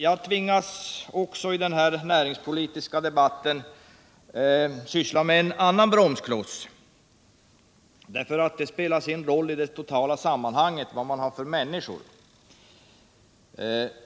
Jag tvingas också att i denna näringspolitiska debatt syssla med en annan bromskloss, därför att det spelar en roll i det totala sammanhanget vad man har för människor.